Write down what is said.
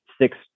six –